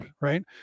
right